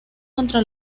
contra